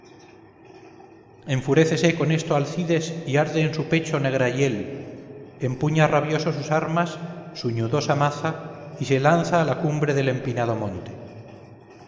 caco enfurécese con esto alcides y arde en su pecho negra hiel empuña rabioso sus armas su ñudosa maza y se lanza a la cumbre del empinado monte